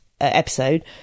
episode